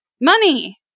Money